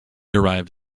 arrived